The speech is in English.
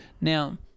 Now